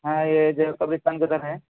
ہاں یہ جو قبرستان کی طرف ہیں